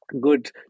good